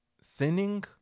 sinning